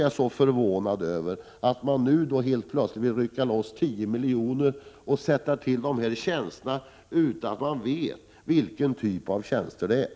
Jag är förvånad över och reagerar emot att centern nu helt plötsligt vill rycka loss 10 miljoner för att tillsätta dessa tjänster, utan att man vet vilken typ av tjänster det gäller.